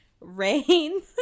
Rain